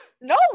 No